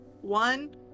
One